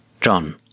John